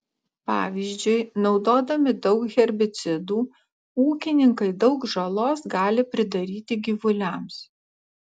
pavyzdžiui naudodami daug herbicidų ūkininkai daug žalos gali pridaryti gyvuliams